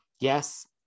yes